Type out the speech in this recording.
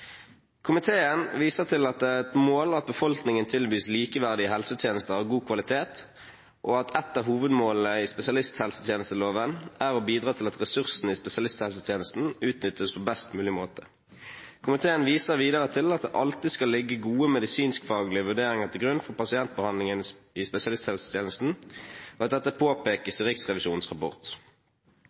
Komiteen viser til at det er et mål at befolkningen tilbys likeverdige helsetjenester av god kvalitet, og at et av hovedmålene i spesialisthelsetjenesteloven er å bidra til at ressursene i spesialisthelsetjenesten utnyttes på best mulig måte. Komiteen viser videre til at det alltid skal ligge gode medisinskfaglige vurderinger til grunn for pasientbehandlingen i spesialisthelsetjenesten, og at dette påpekes i Riksrevisjonens rapport.